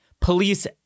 Police